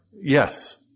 yes